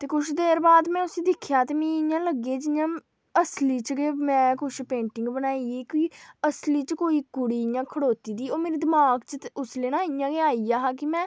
ते कुछ देर बाद में उस्सी दिखेआ ते मीं इ'यां लग्गे जि'यां असली च गै में कुछ पेंटिंग बनाई कि असली च कोई कुड़ी खड़ोती दी ओह् मेरे दमाग च उसलै ना इ'यां गै आई आ हा कि में